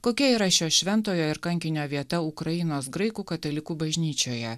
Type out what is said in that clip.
kokia yra šio šventojo ir kankinio vieta ukrainos graikų katalikų bažnyčioje